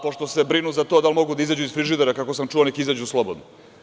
Pošto se brinu za to da li mogu da izađu iz frižidera, kako sam čuo, neka izađu slobodno.